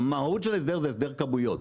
המהות של הסדר זה הסדר כמויות.